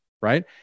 Right